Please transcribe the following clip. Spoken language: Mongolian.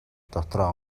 дотроо